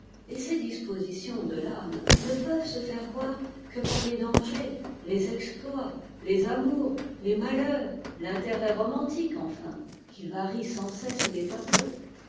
et ces dispositions de l'âme ne peuvent se faire voir que par les dangers les exploits les amours les malheurs l'intérêt romantique enfin qui varie sans cesse les tableaux